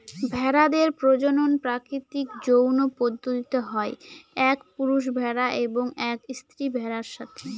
ভেড়াদের প্রজনন প্রাকৃতিক যৌন পদ্ধতিতে হয় এক পুরুষ ভেড়া এবং এক স্ত্রী ভেড়ার সাথে